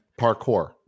parkour